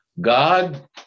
god